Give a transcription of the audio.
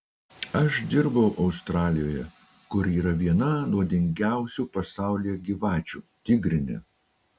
aš dirbau australijoje kur yra viena nuodingiausių pasaulyje gyvačių tigrinė